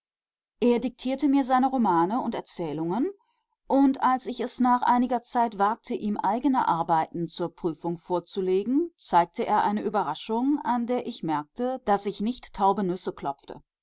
er diktierte mir seine romane und erzählungen und als ich es nach einiger zeit wagte ihm eigene arbeiten zur prüfung vorzulegen zeigte er eine überraschung an der ich merkte daß ich nicht taube nüsse klopfte